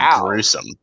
gruesome